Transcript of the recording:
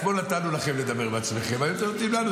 אתמול נתנו לכם לדבר בעצמכם, היום אתם נותנים לנו.